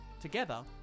Together